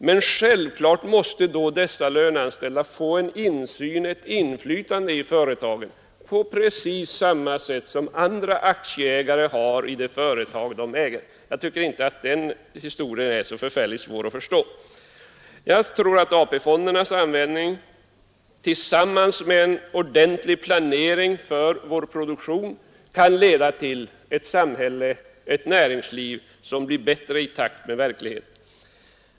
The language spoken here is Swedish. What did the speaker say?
Men självfallet måste i så fall dessa löneanställda få insyn och inflytande i företagen på precis samma sätt som andra aktieägare har i de företag de äger. Jag tycker inte att detta är så förfärligt svårt att förstå. Jag tror att AP-fondernas användning tillsammans med en ordentlig planering för vår produktion kan leda till ett samhälle och ett näringsliv som blir bättre i takt med verkligheten.